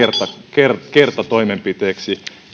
kertatoimenpiteeksi